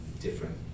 different